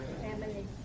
Family